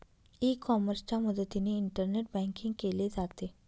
E कॉमर्सच्या मदतीने internet banking केले जाते